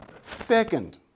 second